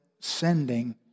sending